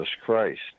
Christ